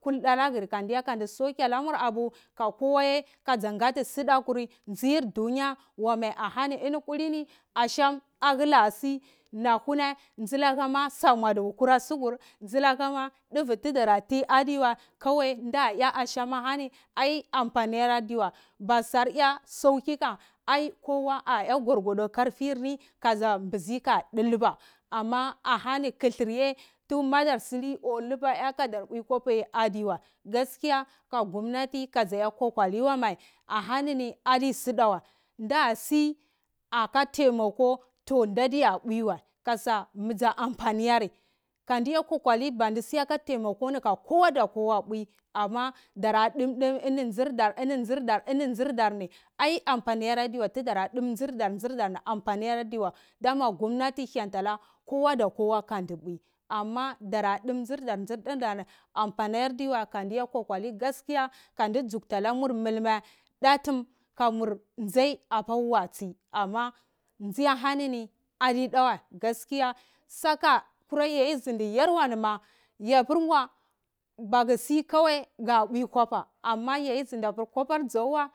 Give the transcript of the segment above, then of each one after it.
Kulda nagri kanikati sidar si duniya wa mai chini kulini sham ahek si nahune silakama a samuadubu kule sugur, silakama su udra dima aduwa kawai data a asham ahani amfani marsari ai kowa kasa bisi ka dilba, amma ahani kathirye sai madarsolo suditarta kadar uwe kobama aduwa, gaskiya ka gumnati mai inini adosi damai dasi aka temako datha uwema misa amfani kani a kogoli dara habir ini tsirdar ai, dum sirdar ni dama gumnati hayata nanurdar kuma kanti mma dara dum sirdar kokoli kanu tsuktamanur mai atum, amma tsihanini didawa gaskiya saka kura yadi sini yarya nima yakurawa bakusi ka uwe kwaba yadisinibar kobar tsauwa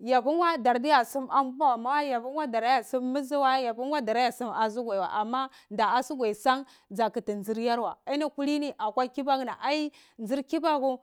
yakurba da teda sim ambuhawa, yabarkwa darteta siw mzewa, yakwa darted sim azikwaiwa, amma da azikwa da katir dir yarwa kulini akwa kibaku, dir kibaku.